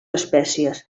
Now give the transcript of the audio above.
espècies